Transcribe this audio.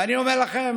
ואני אומר לכם,